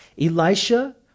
Elisha